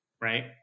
right